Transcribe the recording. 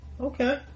Okay